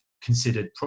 considered